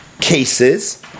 Cases